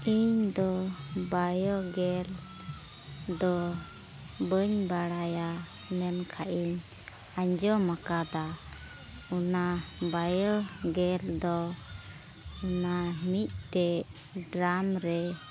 ᱤᱧᱫᱚ biogas ᱫᱚ ᱵᱟᱹᱧ ᱵᱟᱲᱟᱭᱟ ᱢᱮᱱᱠᱷᱟᱱ ᱤᱧ ᱟᱸᱡᱚᱢ ᱟᱠᱟᱫᱟ ᱚᱱᱟ ᱵᱟᱭᱳ ᱜᱮᱥ ᱫᱚ ᱚᱱᱟ ᱢᱤᱫᱴᱮᱱ ᱰᱨᱟᱢ ᱨᱮ